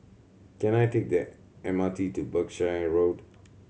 can I take the M R T to Berkshire Road